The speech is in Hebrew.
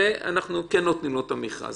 אנחנו כן נותנים לו את המכרז.